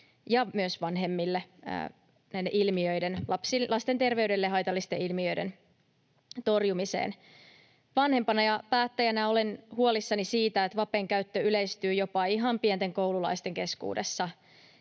ja myös vanhemmille lasten terveydelle haitallisten ilmiöiden torjumiseen. Vanhempana ja päättäjänä olen huolissani siitä, että vapen käyttö yleistyy jopa ihan pienten koululaisten keskuudessa.